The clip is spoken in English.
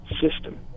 system